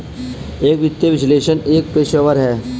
एक वित्तीय विश्लेषक एक पेशेवर है